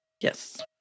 Yes